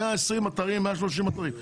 120 אתרים, 130 אתרים.